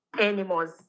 animals